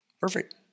perfect